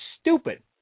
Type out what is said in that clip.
stupid